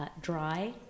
Dry